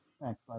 thanks